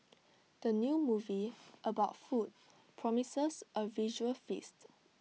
the new movie about food promises A visual feast